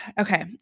okay